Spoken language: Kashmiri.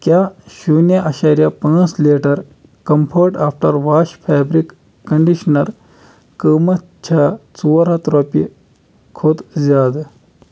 کیٛاہ شُنیہِ اَشَریا پانٛژھ litre comfort after wash fabric conditioner قۭمتھ چھےٚ ژور ہَتھ رۄپیہِ کھۄتہٕ زیادٕ